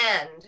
end